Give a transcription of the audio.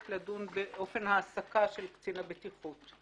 לדון באופן ההעסקה של קצין הבטיחות.